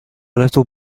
little